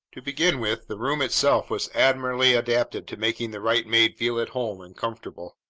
to begin with, the room itself was admirably adapted to making the right maid feel at home and comfortable.